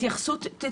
חד-משמעית.